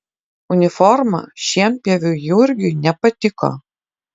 uniforma šienpjoviui jurgiui nepatiko